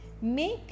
Make